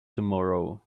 tomorrow